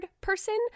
person